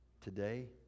today